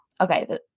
Okay